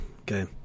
okay